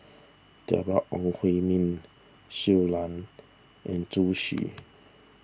Deborah Ong Hui Min Shui Lan and Zhu Xu